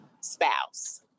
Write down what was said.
spouse